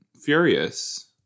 furious